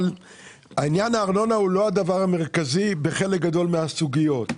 עניין הארנונה הוא לא הדבר המרכזי בחלק גדול מהסוגיות.